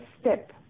step